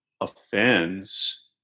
offends